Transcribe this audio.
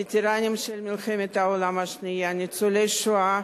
וטרנים של מלחמת העולם השנייה, ניצולי שואה,